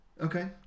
Okay